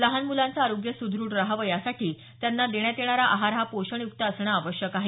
लहान मुलांचं आरोग्य सुद्रढ रहावं यासाठी त्यांना देण्यात येणारा आहार हा पोषण युक्त असणं आवश्यक आहे